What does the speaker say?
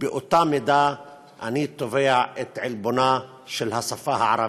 באותה מידה אני תובע את עלבונה של השפה הערבית.